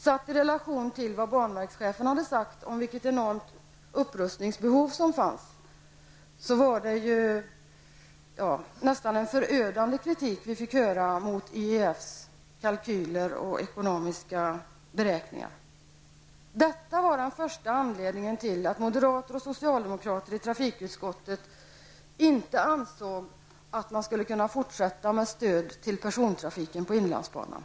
Satt i relation till vad banverkschefen hade sagt om det enorma upprustningsbehov som fanns, var det en nästan förödande kritik mot IEFs kalkyler och ekonomiska beräkningar. Detta var den främsta anledning till att moderater och socialdemokrater i trafikutskottet inte ansåg att man skulle kunna fortsätta med stöd till persontrafiken på inlandsbanan.